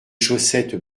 chaussettes